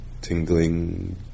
tingling